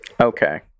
Okay